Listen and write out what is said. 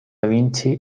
vinci